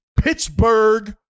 Pittsburgh